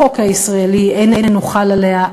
שהחוק הישראלי איננו חל עליה,